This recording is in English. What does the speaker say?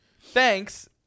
thanks